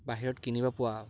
বাহিৰত কিনিব পোৱা